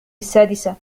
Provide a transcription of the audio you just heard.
السادسة